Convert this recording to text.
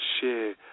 share